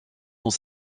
ont